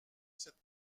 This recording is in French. cette